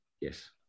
Yes